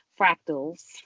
fractals